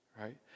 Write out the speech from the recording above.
right